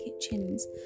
kitchens